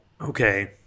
Okay